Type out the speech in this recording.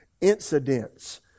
incidents